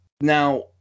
Now